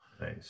nice